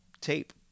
tape